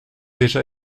déjà